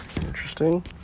Interesting